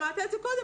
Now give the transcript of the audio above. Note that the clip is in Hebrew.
שמעת את זה קודם,